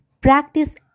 practice